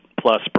plus